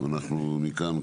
אנחנו מכאן,